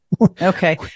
Okay